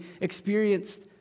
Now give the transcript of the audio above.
experienced